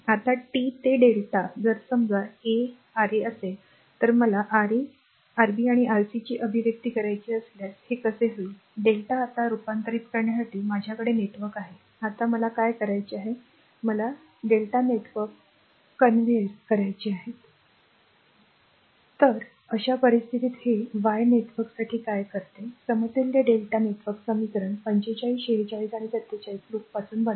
आता t ते Δ जर समजा a a R a असेल आणि मला Ra आणि Rb आणि Rc ची अभिव्यक्ती करायची असल्यास हे कसे होईल Δ आता रूपांतरित करण्यासाठी माझ्याकडे नेटवर्क आहे आता मला काय करायचे आहे मला Δ नेटवर्कवर कन्व्हेयर करावे लागेल तर अशा परिस्थितीत ते r Y नेटवर्कसाठी काय करते समतुल्य Δ नेटवर्क समीकरण 45 46 आणि 47 लूपपासून बनते